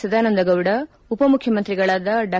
ಸದಾನಂದ ಗೌಡ ಉಪ ಮುಖ್ಯಮಂತ್ರಿಗಳಾದ ಡಾ